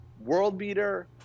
world-beater